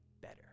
better